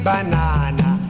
Banana